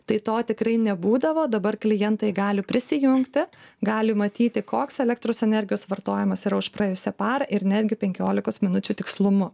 tai to tikrai nebūdavo dabar klientai gali prisijungti gali matyti koks elektros energijos vartojimas yra už praėjusią parą ir netgi penkiolikos minučių tikslumu